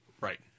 Right